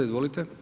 Izvolite.